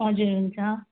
हजुर हुन्छ